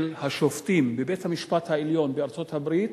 השופטים בבית-המשפט העליון בארצות-הברית